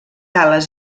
ales